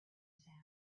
sound